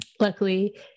luckily